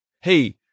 Hey